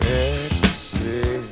ecstasy